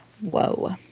Whoa